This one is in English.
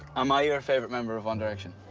am i your favorite member of one direction?